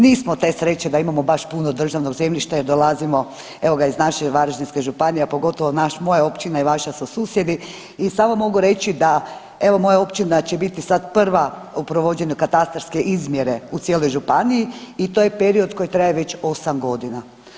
Nismo te sreće da imamo baš puno državnog zemljišta jer dolazimo, evo ga, iz naše Varaždinske županije, a pogotovo naš, moja općina i vaša su susjedi i samo mogu reći da, evo, moja općina će biti sad prva u provođenju katastarske izmjere u cijeloj županiji i to je period koji traje već 8 godina.